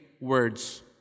words